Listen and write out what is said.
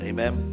Amen